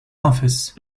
office